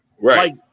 right